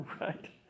Right